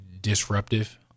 disruptive